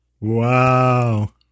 wow